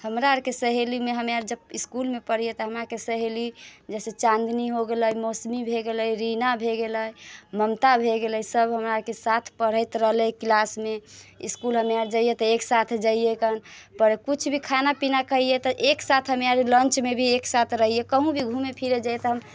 हमरा आरकेके सहेलीमे हम जब इसकुलमे पढ़िए तऽ हमरा आरके सहेली जइसे चाँदनी हो गेलै मौसमी भऽ गेलै रीना भऽ गेलै ममता भऽ गेलै सब हमरा आरके साथ पढ़ैत रहलै किलासमे इसकुल हमसब जइए तऽ एक साथ जइए खनपर किछु भी खाना पीना खइए तऽ एक साथ हमरा रऽ लञ्चमे भी एक साथ रहिए कहूँ भी घूमै फिरै जइए तऽ हम